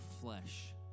flesh